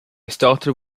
started